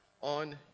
on